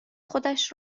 خودش